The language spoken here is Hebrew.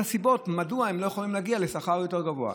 הסיבות מדוע הן לא יכולות להגיע לשכר יותר גבוה.